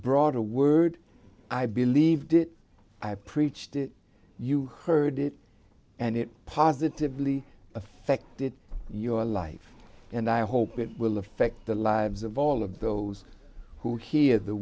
brought a word i believed it i preached it you heard it and it positively affected your life and i hope it will affect the lives of all of those who hear the